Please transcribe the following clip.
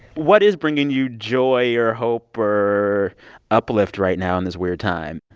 what is bringing you joy or hope or or uplift right now in this weird time?